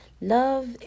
love